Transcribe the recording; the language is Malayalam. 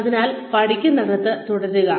അതിനാൽ പഠിക്കുന്നത് തുടരുക